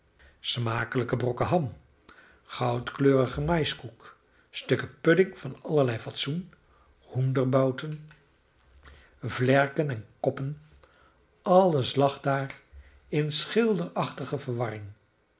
smakelijke brokken ham goudkleurige maïskoek stukken pudding van allerlei fatsoen hoenderbouten vlerken en koppen alles lag daar in schilderachtige verwarring